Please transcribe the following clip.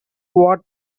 quote